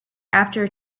after